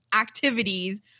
activities